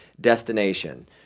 destination